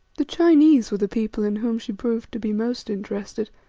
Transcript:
the chinese were the people in whom she proved to be most interested,